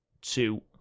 two